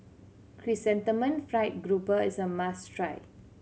Chrysanthemum Fried Grouper is a must try